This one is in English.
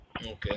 okay